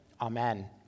Amen